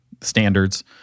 standards